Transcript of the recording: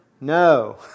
No